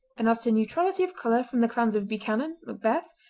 and as to neutrality of colour from the clans of buchanan, macbeth,